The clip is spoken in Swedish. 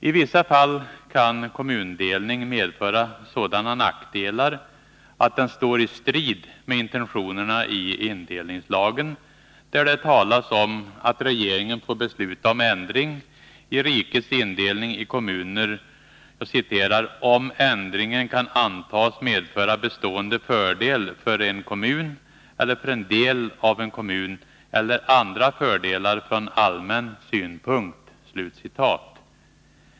I vissa fall kan kommundelning medföra sådana nackdelar att den står i strid med intentionerna i indelningslagen, där det talas om att regeringen får besluta om ändring i rikets indelning i kommuner ”om ändringen kan antas medföra bestående fördel för en kommun eller en del av en kommun eller andra fördelar från allmän synpunkt”.